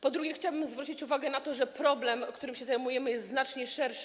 Po drugie, chciałabym zwrócić uwagę na to, że problem, którym się zajmujemy, jest znacznie szerszy.